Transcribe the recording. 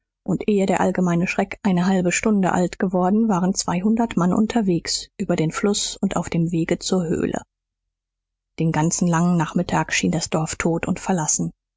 und ehe der allgemeine schreck eine halbe stunde alt geworden waren zweihundert mann unterwegs über den fluß und auf dem wege zur höhle den ganzen langen nachmittag schien das dorf tot und verlassen